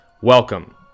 Welcome